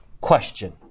question